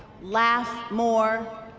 laugh more,